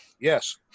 Yes